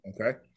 Okay